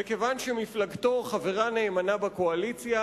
וכיוון שמפלגתו חברה נאמנה בקואליציה,